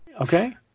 okay